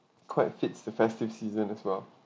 quite fits the festive season as well